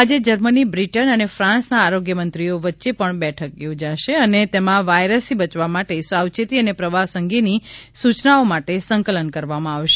આજે Germany Britain અને ફાન્સના આરોગ્યમંત્રીઓ વચ્ચે પણ બેઠક યોજાશે અને તેમાં વાયરસથી બચવા માટે સાવચેતી અને પ્રવાસ અંગેની સૂચનાઓ માટે સંકલન કરવામાં આવશે